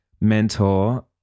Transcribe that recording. mentor